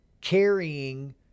carrying